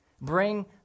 Bring